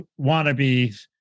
wannabes